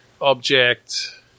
object